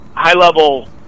high-level